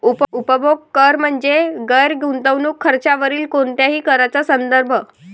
उपभोग कर म्हणजे गैर गुंतवणूक खर्चावरील कोणत्याही कराचा संदर्भ